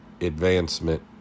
advancement